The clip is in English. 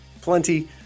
plenty